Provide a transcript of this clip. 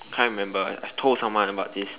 can't remember I told someone about this